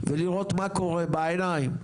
ולראות מה קורה בעיניים.